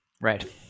Right